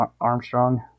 Armstrong